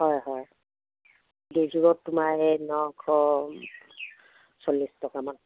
হয় হয় দুযোৰত তোমাৰ এই নশ চল্লিছ টকামান হ'বগৈ ন